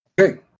Okay